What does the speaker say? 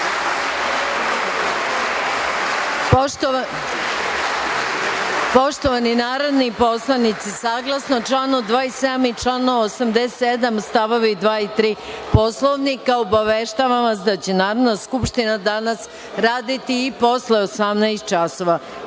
Hvala. Poštovani narodni poslanici, saglasno članu 27. i članu 87. stavovi 2. i 3, obaveštavam vas da će Narodna skupština danas raditi i posle 18,00 časova